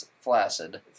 flaccid